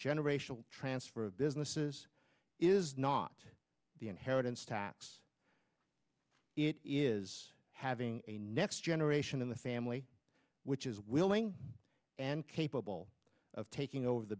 generational transfer of businesses is not the inheritance tax it is having a next generation in the family which is willing and capable of taking over the